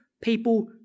people